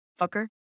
fucker